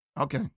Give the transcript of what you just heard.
Okay